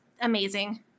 amazing